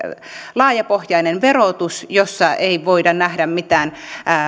laajapohjainen verotus jossa ei voida nähdä mitään